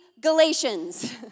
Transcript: Galatians